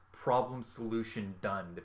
problem-solution-done